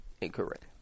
incorrect